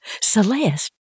Celeste